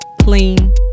clean